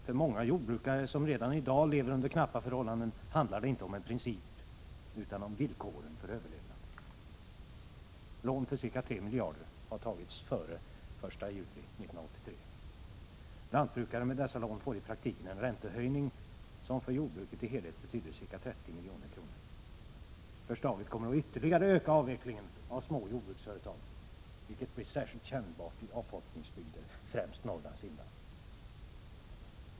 För många jordbrukare som redan i dag lever under knappa förhållanden handlar det inte om en princip utan om villkoren för överlevnad. Lån för ca 3 miljarder kronor har tagits före den 1 juli 1983. Lantbrukare med dessa lån får i praktiken en räntehöjning som för jordbrukets helhet betyder ca 30 milj.kr. Förslaget kommer att ytterligare öka avvecklingen av små jordbruksföretag, vilket blir särskilt kännbart i avfolkningsbygder, främst Norrlands inland.